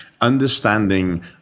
understanding